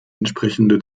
entsprechende